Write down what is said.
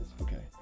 Okay